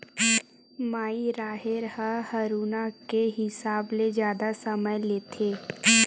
माई राहेर ह हरूना के हिसाब ले जादा समय लेथे